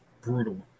brutal